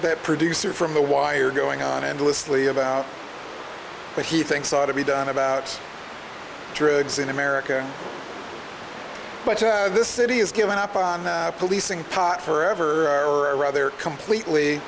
that producer from the wire going on endlessly about what he thinks ought to be done about drugs in america but this city has given up on policing pot forever or a rather completely